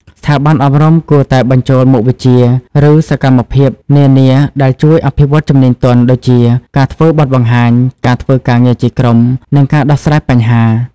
ស្ថាប័នអប់រំគួរតែបញ្ចូលមុខវិជ្ជា ឬសកម្មភាពនានាដែលជួយអភិវឌ្ឍជំនាញទន់ ដូចជា ការធ្វើបទបង្ហាញ ការធ្វើការងារជាក្រុម និងការដោះស្រាយបញ្ហា។